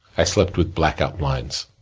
i slept with blackout blinds.